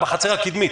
בחצר הקדמית,